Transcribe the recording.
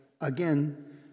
again